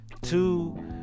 two